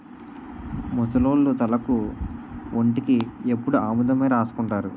ముసలోళ్లు తలకు ఒంటికి ఎప్పుడు ఆముదమే రాసుకుంటారు